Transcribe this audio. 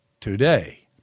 today